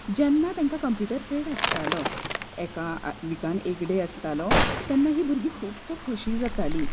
जेन्ना तांकां computer period आसतालो एका विकांत एक डे आसतालो तेन्ना ही भुरगीं खूब खोशी जातालीं